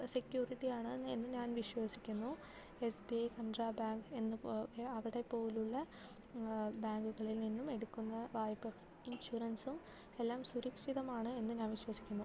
സെക്യൂരിറ്റിയാണ് എന്ന് ഞാൻ വിശ്വസിക്കുന്നു S B I Canara bank എന്ന് പോലെ അവിടെ പോലുള്ള ബേങ്കുകളിൽ നിന്നും എടുക്കുന്ന വായ്പ ഇൻഷുറൻസും എല്ലാം സുരക്ഷിതമാണ് എന്ന് ഞാൻ വിശ്വസിക്കുന്നു